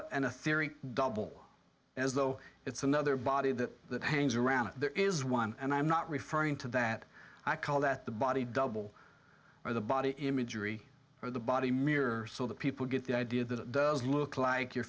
it a theory double as though it's another body that that hangs around it there is one and i'm not referring to that i call that the body double or the body imagery or the body mirror so that people get the idea that it does look like your